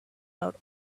out